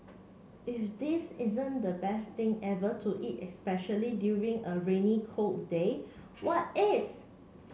if this isn't the best thing ever to eat especially during a rainy cold day what is